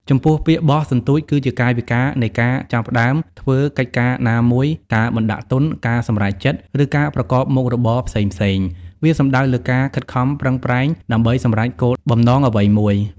ចំពោះពាក្យ បោះសន្ទូច គឺជាកាយវិការនៃការចាប់ផ្តើមធ្វើកិច្ចការណាមួយ ការបណ្ដាក់ទុន ការសម្រេចចិត្ត ឬការប្រកបមុខរបរផ្សេងៗ វាសំដៅលើការខិតខំប្រឹងប្រែងដើម្បីសម្រេចគោលបំណងអ្វីមួយ។